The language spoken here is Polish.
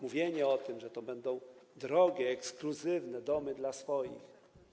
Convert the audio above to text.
Mówienie, że to będą drogie, ekskluzywne domy dla swoich.